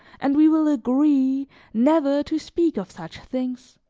and we will agree never to speak of such things.